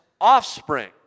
offspring